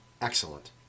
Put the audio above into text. Excellent